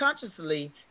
consciously